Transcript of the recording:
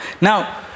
Now